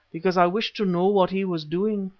because i wished to know what he was doing,